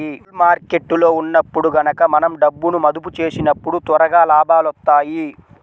bull మార్కెట్టులో ఉన్నప్పుడు గనక మనం డబ్బును మదుపు చేసినప్పుడు త్వరగా లాభాలొత్తాయి